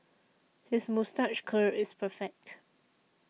his moustache curl is perfect